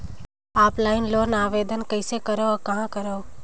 Offline loan आवेदन कइसे करो और कहाँ करो?